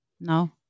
No